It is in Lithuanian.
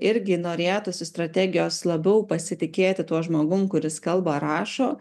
irgi norėtųsi strategijos labiau pasitikėti tuo žmogumi kuris kalba rašo